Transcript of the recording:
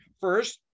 First